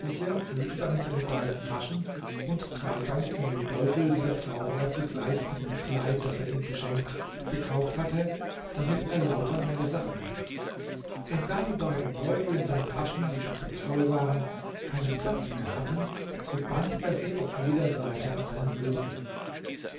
füllte damit seine beiden taschen und zwei ganz neue beutel die der zauberer zugleich mit dem kleid das er ihm geschenkt gekauft hatte damit er lauter neue sachen hätte und da die beiden beutel in seinen taschen die schon ganz voll waren keinen platz mehr hatten so band er sie auf jeder seite an seinen gürtel